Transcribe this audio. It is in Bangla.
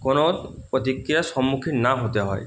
কোনো প্রতিক্রিয়ার সম্মুখীন না হতে হয়